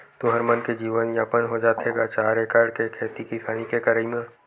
तुँहर मन के जीवन यापन हो जाथे गा चार एकड़ के खेती किसानी के करई म?